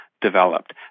developed